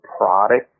product